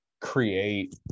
create